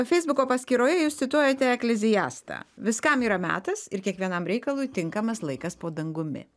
feisbuko paskyroje jūs cituojate ekleziastą viskam yra metas ir kiekvienam reikalui tinkamas laikas po dangumi